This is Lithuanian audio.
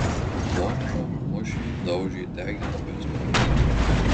bomžą mušė daužė degino ir sprogdino